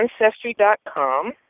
Ancestry.com